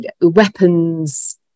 weapons